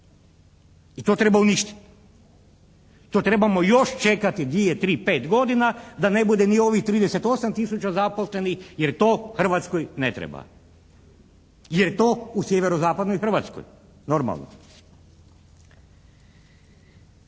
i to treba uništiti. To trebamo još čekati 2, 3, 5 godina da ne bude ni ovih 38 tisuća zaposlenih jer to Hrvatskoj ne treba, jer to u sjeverozapadnoj Hrvatskoj normalno.